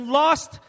lost